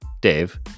Dave